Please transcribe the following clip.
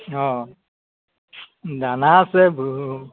অঁ দানা আছে